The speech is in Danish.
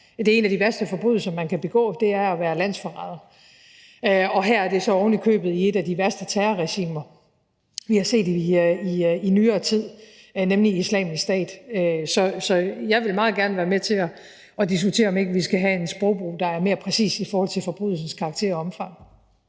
En af de værste forbrydelser, man kan begå, er jo at være landsforræder, og her er det så ovenikøbet i et af de værste terrorregimer, vi har set i nyere tid, nemlig Islamisk Stat. Så jeg vil meget gerne være med til at diskutere, om ikke vi skal have en sprogbrug, der er mere præcis i forhold til forbrydelsens karakter og omfang.